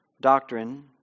doctrine